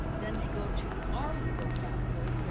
then they go to our legal counsel,